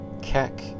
Kek